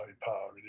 power